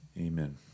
Amen